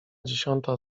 dziesiąta